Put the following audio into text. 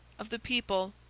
of the people,